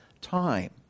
Time